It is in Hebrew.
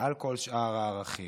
מעל כל שאר הערכים,